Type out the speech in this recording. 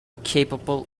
capable